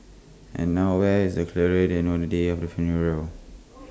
and nowhere is the clearer than on the day of the funeral